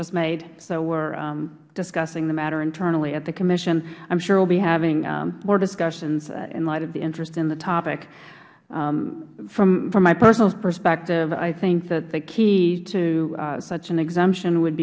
just made so we're discussing the matter internally at the commission i'm sure we will be having more discussions in light of the interest in the topic from my personal perspective i think that the key to such an exemption would